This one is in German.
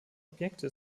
objekte